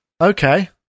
okay